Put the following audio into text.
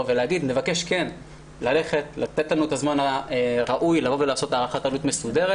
נבקש לתת לנו את הזמן הראוי לעשות הערכת עלות מסודרת